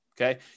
okay